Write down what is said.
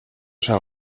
são